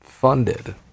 Funded